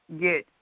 get